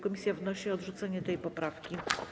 Komisja wnosi o odrzucenie tej poprawki.